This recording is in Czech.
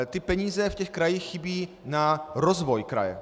Ty peníze v těch krajích chybí na rozvoj kraje.